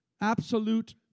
absolute